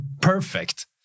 perfect